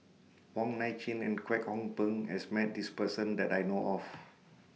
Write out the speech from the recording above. Wong Nai Chin and Kwek Hong Png has Met This Person that I know of